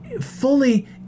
Fully